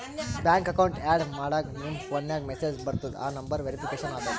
bank account add ಮಾಡಾಗ್ ನಿಮ್ ಫೋನ್ಗ ಮೆಸೇಜ್ ಬರ್ತುದ್ ಆ ನಂಬರ್ ವೇರಿಫಿಕೇಷನ್ ಆತುದ್